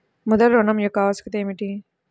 ముద్ర ఋణం యొక్క ఆవశ్యకత ఏమిటీ?